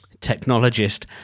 technologist